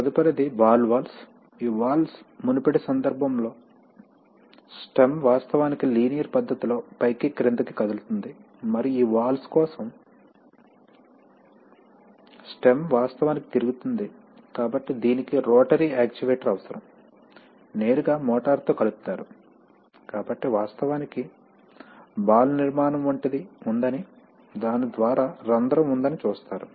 తదుపరిది ball valves ఈ valves మునుపటి సందర్భంలో స్టెమ్ వాస్తవానికి లీనియర్ పద్ధతిలో పైకి క్రిందికి కదులుతుంది మరియు ఈ వాల్వ్స్ కోసం స్టెమ్ వాస్తవానికి తిరుగుతుంది కాబట్టి దీనికి రోటరీ యాక్చుయేటర్ అవసరం నేరుగా మోటారుతో కలుపుతారు కాబట్టి వాస్తవానికి బాల్ నిర్మాణం వంటిది ఉందని దాని ద్వారా రంధ్రం ఉందని చూస్తారు